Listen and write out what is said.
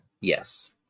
Yes